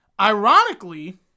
ironically